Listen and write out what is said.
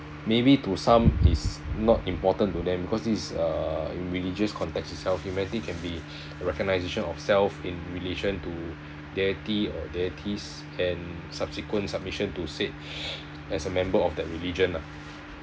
maybe to some is not important to them because this is uh in religious context itself humanity can be recognition of self in relation to deity or deities and subsequent submission to said as a member of that religion lah